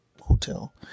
hotel